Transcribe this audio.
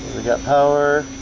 we got power